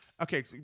Okay